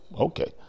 okay